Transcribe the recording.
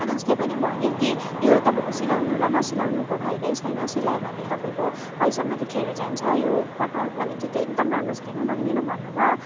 अन्त उसले पनि भन्यो कि यो तपाईँको सिलाउनु र नसिलाउनुको फाइदै छैन सिलायो भने तपाईँको पैसा मात्रै खेर जान्छ यो कपडाको क्वालिटी त एकदम राम्रो छैन भनिकन भन्नुभयो